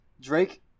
Drake